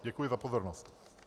Děkuji za pozornost.